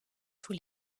tous